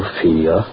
fear